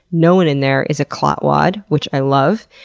no one in there is a clotwad, which i love.